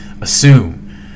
assume